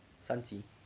三级